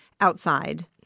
outside